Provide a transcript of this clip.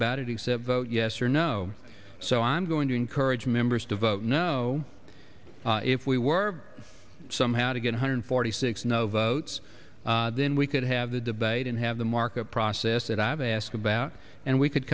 about it except vote yes or no so i'm going to encourage members to vote no if we were somehow to get one hundred forty six no votes then we could have the debate and have the markup process that i've asked about and we could